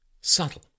subtle